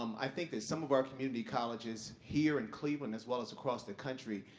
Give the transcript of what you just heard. um i think that some of our community colleges here in cleveland, as well as across the country,